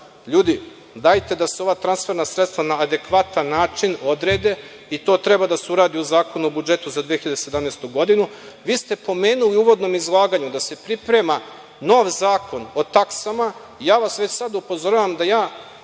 ljudi, dajte da se ova transferna sredstva na adekvatan način odrede i to treba da se uradi u Zakonu o budžetu za 2017. godinu. Pomenuli ste u uvodnom izlaganju da se priprema nov zakon o taksama. Već vas sada upozoravam da